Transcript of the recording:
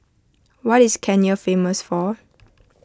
what is Kenya famous for